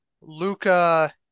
Luca